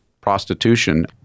prostitution